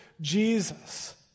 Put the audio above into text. Jesus